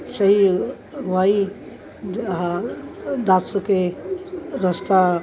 ਸਹੀ ਅਗਵਾਈ ਆਹਾ ਦੱਸ ਕੇ ਰਸਤਾ